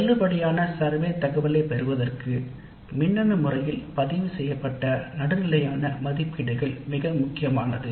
செல்லுபடியான survey டேட்டாவை பெறுவதற்கு மின்னணு முறையில் பதிவு செய்யப்பட்ட நடுநிலையான மதிப்பீடுகள் மிக முக்கியமானது